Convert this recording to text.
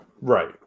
Right